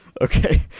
Okay